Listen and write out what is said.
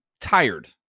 tired